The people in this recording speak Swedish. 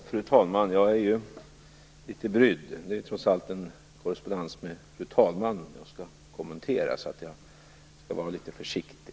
Fru talman! Jag är litet brydd. Det är trots allt en korrespondens med fru talmannen jag skall kommentera. Jag skall vara litet försiktig.